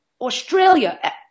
Australia